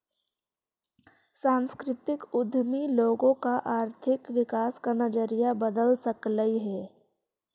सांस्कृतिक उद्यमी लोगों का आर्थिक विकास का नजरिया बदल सकलई हे